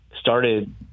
started